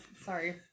Sorry